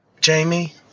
Jamie